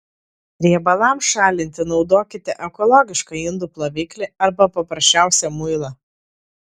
riebalams šalinti naudokite ekologišką indų ploviklį arba paprasčiausią muilą